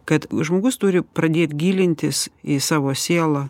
kad žmogus turi pradėt gilintis į savo sielą